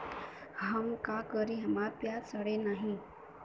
हम का करी हमार प्याज सड़ें नाही?